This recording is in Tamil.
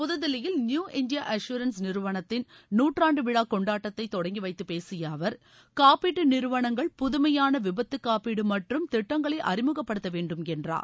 புதுதில்லியில் நியூ இண்டியா அஷ்யூரன்ஸ் நிறுவனத்தின் நூற்றாண்டு விழா கொண்டாட்டத்தை தொடங்கி வைத்துப் பேசிய அவர் காப்பீட்டு நிறுவனங்கள் புதுமையான விபத்து காப்பீடு மற்றும் திட்டங்களை அறிமுகப்படுத்த வேண்டும் என்றார்